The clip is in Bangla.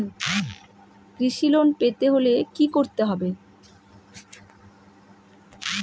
কৃষি লোন পেতে হলে কি করতে হবে?